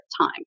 time